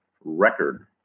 record